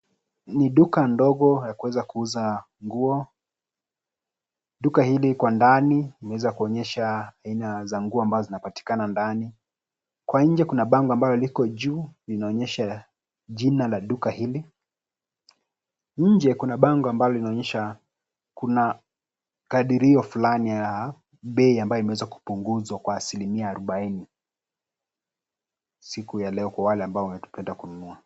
Ni duka ndogo la kuweza kuuza nguo. Duka hili kwa ndani linaweza kuonyesha aina za nguo ambazo zinapatikana ndani. Kwa nje kuna bango ambalo liko juu linaonyesha jina la duka hili. Nje kuna bango ambalo linaonyesha kuna kadirio fulani ya bei ambayo imeweza kupunguzwa kwa asilimia arobaini, siku ya leo kwa wale ambao wangependa kununua.